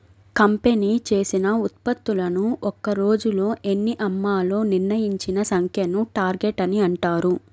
company చేసిన ఉత్పత్తులను ఒక్క రోజులో ఎన్ని అమ్మాలో నిర్ణయించిన సంఖ్యను టార్గెట్ అని అంటారు